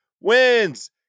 wins